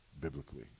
biblically